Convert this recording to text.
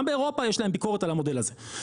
באירופה יש להם ביקורת על המודל הזה,